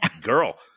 girl